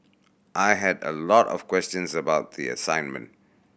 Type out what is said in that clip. I had a lot of questions about the assignment